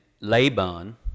Laban